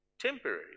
temporary